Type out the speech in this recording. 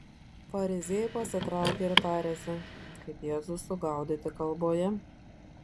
fariziejai pasitraukė ir tarėsi kaip jėzų sugauti kalboje